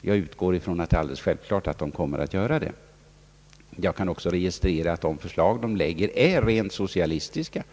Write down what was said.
Jag utgår från att det är alldeles självklart att partiet kommer att göra det. Jag kan också registrera att de förslag partiet lägger fram är rent socialistiska.